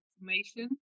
information